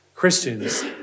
Christians